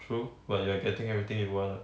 true but you are getting everything you want what